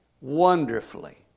wonderfully